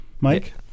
Mike